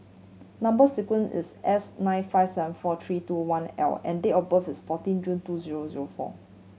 number sequence is S nine five seven four three two one L and date of birth is fourteen June two zero zero four